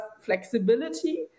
flexibility